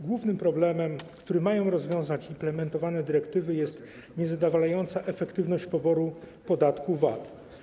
Głównym problemem, który mają rozwiązać implementowane dyrektywy, jest niezadowalająca efektywność poboru podatku VAT.